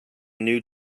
new